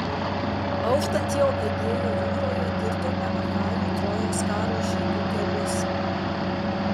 auštant jau egėjo jūroje kirtome achajų trojos karo žygių kelius